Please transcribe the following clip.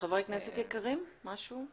חברי כנסת יקרים, משהו?